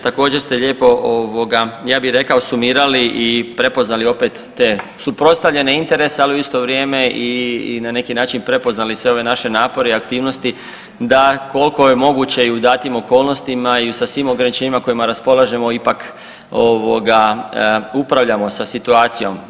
Također ste lijepo sumirali i prepoznali opet te suprotstavljene interese, ali u isto vrijeme i na neki način prepoznali sve ove naše napore i aktivnosti da koliko je moguće i u datim okolnostima i sa svim ograničenjima s kojima raspolažemo ipak upravljamo sa situacijom.